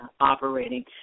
operating